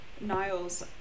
Niles